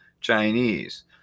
Chinese